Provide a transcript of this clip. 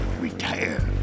retire